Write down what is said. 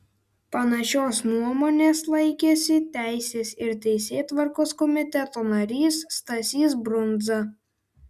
panašios nuomonės laikėsi teisės ir teisėtvarkos komiteto narys stasys brundza